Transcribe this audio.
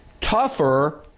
tougher